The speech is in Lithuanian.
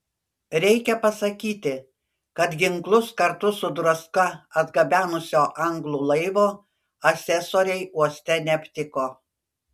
reikia pasakyti kad ginklus kartu su druska atgabenusio anglų laivo asesoriai uoste neaptiko